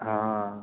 हां